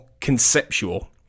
conceptual